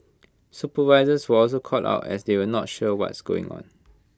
supervisors were also caught out as they were not sure what's going on